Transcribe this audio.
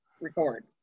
record